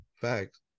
Facts